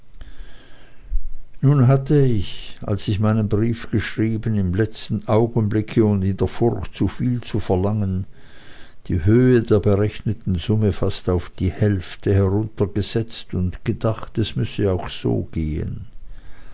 nun hatte ich als ich meinen brief geschrieben im letzten augenblicke und in der furcht zuviel zu verlangen die höhe der berechneten summe fast auf die hälfte heruntergesetzt und gedacht es müsse auch so gehen